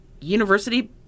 university